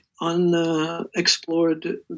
Unexplored